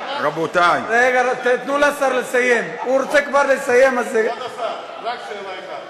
הוא רוצה כבר לסיים, אז, כבוד השר, רק שאלה אחת.